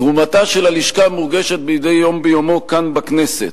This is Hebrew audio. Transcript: תרומתה של הלשכה מורגשת מדי יום ביומו כאן בכנסת,